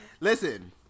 listen